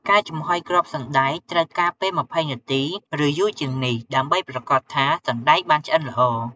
ការចំហុយគ្រាប់សណ្ដែកត្រូវការពេល២០នាទី ឬយូរជាងនេះ ដើម្បីប្រាកដថា សណ្ដែកបានឆ្អិនល្អ។